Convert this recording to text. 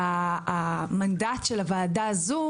והמנדט של הוועדה הזו,